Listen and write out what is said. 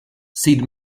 sid